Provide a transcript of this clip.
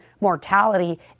mortality